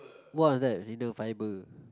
what was that inner fibre